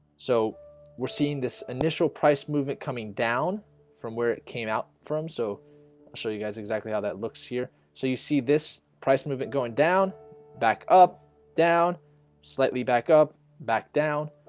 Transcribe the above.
so we're seeing this initial price movement coming down from where it came out from so i'll show you guys exactly how that looks here so you see this price movement going down back up down slightly back up back down,